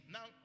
Now